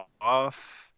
off